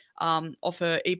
Offer